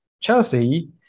Chelsea